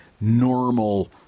normal